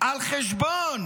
על חשבון